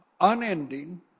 unending